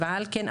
על כן,